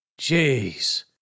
Jeez